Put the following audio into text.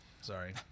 Sorry